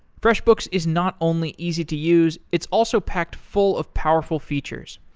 freshbooks is not only easy to use, it's also packed full of powerful features.